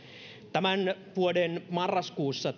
tämän vuoden marraskuussa